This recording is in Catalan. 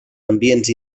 ambients